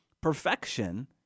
perfection